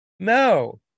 No